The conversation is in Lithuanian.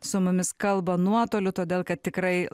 su mumis kalba nuotoliu todėl kad tikrai